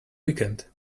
weekend